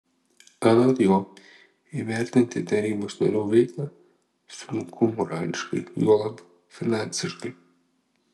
anot jo įvertinti tarybos narių veiklą sunku morališkai juolab finansiškai